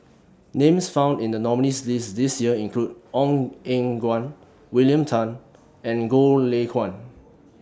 Names found in The nominees' list This Year include Ong Eng Guan William Tan and Goh Lay Kuan